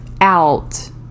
out